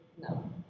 no